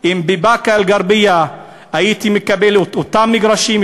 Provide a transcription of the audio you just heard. אם בבאקה-אל-ע'רביה הייתי מקבל את אותם מגרשים,